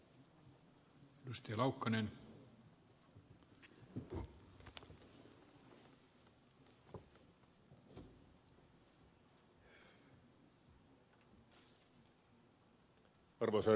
arvoisa herra puhemies